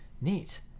neat